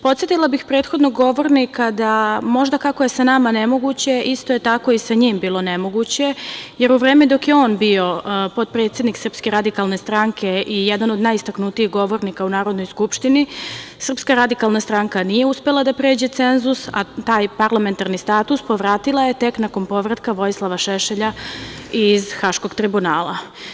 Podsetila bih prethodnog govornika da možda kako je sa nama nemoguće, isto je tako i sa njim bilo nemoguće, jer u vreme dok je on bio potpredsednik SRS i jedan od najistaknutijih govornika u Narodnoj skupštini, SRS nije uspela da pređe cenzus, a taj parlamentarni status povratila je tek nakon povratka Vojislava Šešelja iz Haškog tribunala.